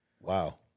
Wow